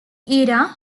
era